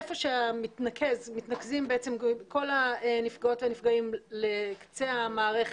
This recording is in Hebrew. איפה שמתנקזים בעצם כל הנפגעות והנפגעים לקצה המערכת,